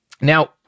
now